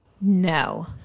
No